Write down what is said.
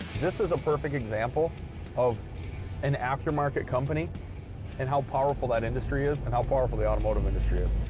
this is a perfect example of an aftermarket company and how powerful that industry is and how powerful the automotive industry is.